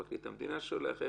שפרקליט המדינה שולח?